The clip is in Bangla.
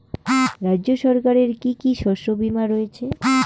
রাজ্য সরকারের কি কি শস্য বিমা রয়েছে?